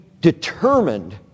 determined